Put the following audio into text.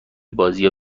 بازیا